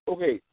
Okay